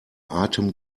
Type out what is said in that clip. atem